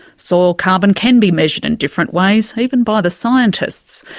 soil carbon can be measured in different ways, even by the scientists.